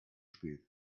spät